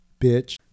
bitch